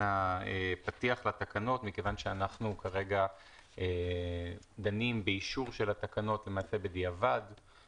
הפתיח לתקנות מכיוון שאנחנו דנים כרגע באישור של התקנות בדיעבד,